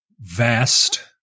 vast